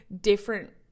different